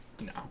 No